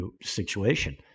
situation